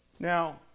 Now